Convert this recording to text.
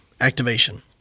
activation